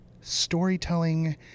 storytelling